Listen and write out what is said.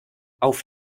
auf